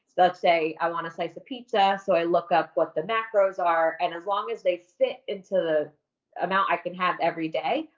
let's say i want a slice of pizza. so i look up what the macros are, and as long as they fit into the amount i can have every day,